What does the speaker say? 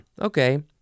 okay